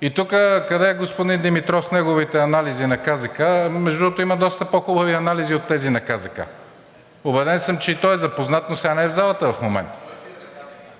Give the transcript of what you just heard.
И тук къде е господин Димитров с неговите анализи на КЗК? Между другото, има доста по-хубави анализи от тези на КЗК. Убеден съм, че и той е запознат, но не е в залата в момента,